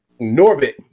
Norbit